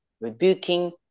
rebuking